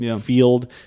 field